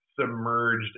submerged